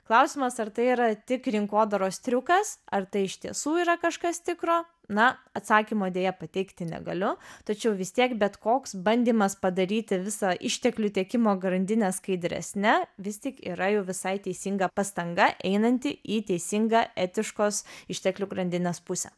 klausimas ar tai yra tik rinkodaros triukas ar tai iš tiesų yra kažkas tikro na atsakymo deja pateikti negaliu tačiau vis tiek bet koks bandymas padaryti visą išteklių tiekimo grandinę skaidresne vis tik yra jau visai teisinga pastanga einanti į teisingą etiškos išteklių grandinės pusę